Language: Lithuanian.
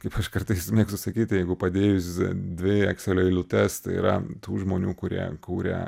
kaip aš kartais mėgstu sakyt jeigu padėjus dvi ekselio eilutes tai yra tų žmonių kurie kūrė